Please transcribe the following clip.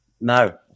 No